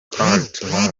kurt